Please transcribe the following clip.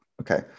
okay